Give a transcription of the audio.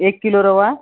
एक किलो रवा